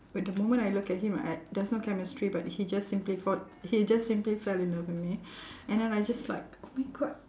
but the moment I look at him I there is no chemistry but he just simply fall he just simply fell in love with me and then I just like oh my god